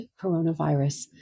coronavirus